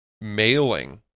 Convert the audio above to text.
mailing